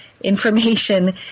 Information